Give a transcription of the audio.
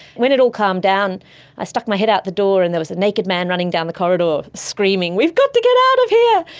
when it all calmed down i stuck my head out the door and there was a naked man running down the corridor screaming, we've got to get out of here!